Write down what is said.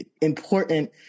important